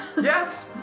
Yes